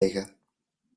liggen